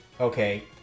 Okay